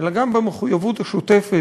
אלא גם במחויבות השוטפת,